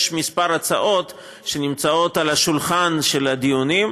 יש כמה הצעות שנמצאות על שולחן הדיונים,